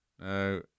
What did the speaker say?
No